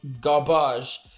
garbage